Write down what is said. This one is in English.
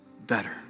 better